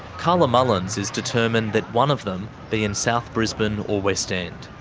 carla mullins is determined that one of them be in south brisbane or west end.